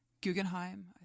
Guggenheim